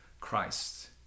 Christ